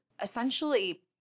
essentially